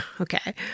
okay